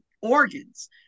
organs